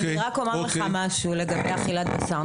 אני רק אומר לך משהו לגבי אכילת בשר.